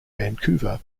vancouver